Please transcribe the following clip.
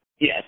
Yes